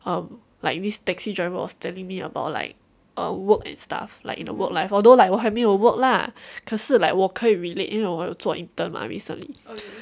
um like this taxi driver was telling me about like err work and stuff like in the work life although like 我还没有 work lah 可是 like 我可以 relate 因为我有做 intern mah recently